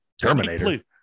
Terminator